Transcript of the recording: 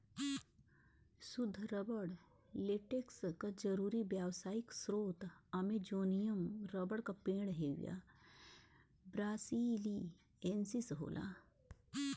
सुद्ध rubber latex क जरुरी व्यावसायिक स्रोत अमेजोनियन रबर क पेड़ हेविया ब्रासिलिएन्सिस होला